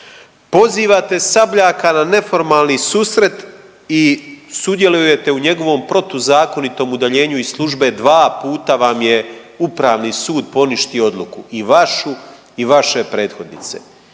pozivate Sabljaka na neformalni susret i sudjelujete u njegovom protuzakonitom udaljenju iz službe, dva puta vam je Upravni sud poništio odluku i vašu i vaše prethodnice.